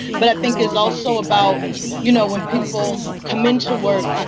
but i think it's also about you know, when people come in to work,